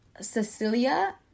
Cecilia